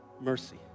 Mercy